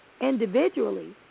individually